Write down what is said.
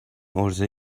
عرضه